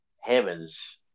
heaven's